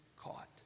caught